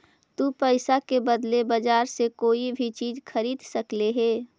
तु पईसा के बदले बजार से कोई भी चीज खरीद सकले हें